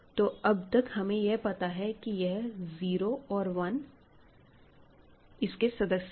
तो अब तक हमें यह पता है कि यह 0 और 1 इसके सदस्य हैं